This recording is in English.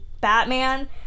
batman